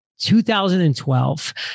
2012